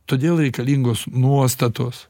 todėl reikalingos nuostatos